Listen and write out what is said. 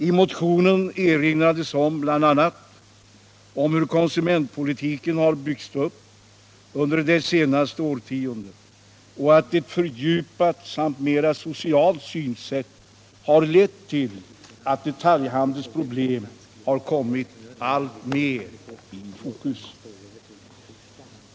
I motionen erinrades bl.a. om hur konsumentpolitiken har byggts upp under det senaste årtiondet och om hur ett fördjupat och mera socialt synsätt har lett till att detaljhandelns problem alltmer har kommit i fokus.